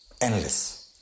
Endless